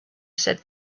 said